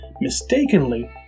mistakenly